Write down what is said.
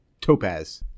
Topaz